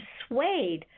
persuade